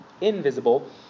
invisible